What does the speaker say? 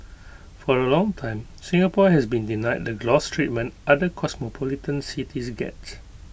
for A long time Singapore has been denied the gloss treatment other cosmopolitan cities get